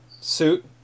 suit